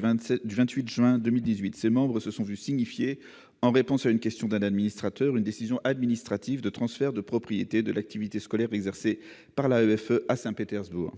28 juin 2018, les membres de l'AEFE se sont vu signifier, en réponse à une question d'un administrateur, une décision administrative de transfert de propriété de l'activité scolaire exercée par l'AEFE à Saint-Pétersbourg.